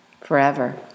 forever